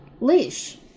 leash